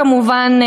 כמובן,